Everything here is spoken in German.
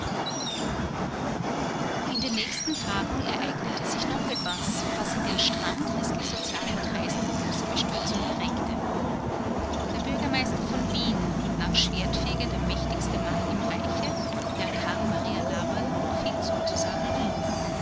in den nächsten tagen ereignete sich noch etwas was in den stramm christlichsozialen kreisen große bestürzung erregte der bürgermeister von wien nach schwertfeger der mächtigste mann im reiche herr karl maria laberl fiel sozusagen um